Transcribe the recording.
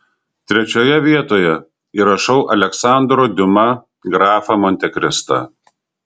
trečioje vietoje įrašau aleksandro diuma grafą montekristą